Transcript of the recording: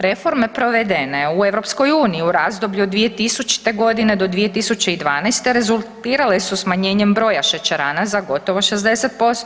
Reforme provedene u EU u razdoblju od 2000. godine do 2012. rezultirale su smanjenjem broja šećerana za gotovo 60%